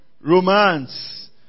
Romance